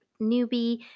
Newbie